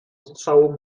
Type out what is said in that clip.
strzału